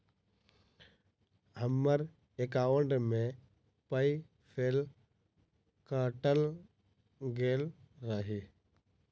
हम्मर एकॉउन्ट मे पाई केल काटल गेल एहि